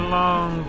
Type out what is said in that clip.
long